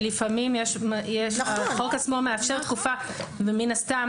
שלפעמים החוק עצמו מאפשר תקופה ומן הסתם